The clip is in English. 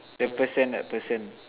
the person the person